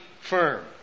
firm